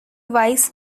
wise